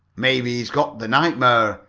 maybe he's got the nightmare,